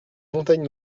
montagne